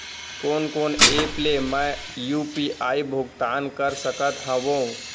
कोन कोन एप ले मैं यू.पी.आई भुगतान कर सकत हओं?